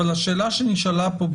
אבל השאלה שנשאלה פה,